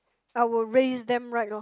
I will raise them right lor